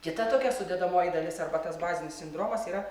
kita tokia sudedamoji dalis arba tas bazinis sindromas yra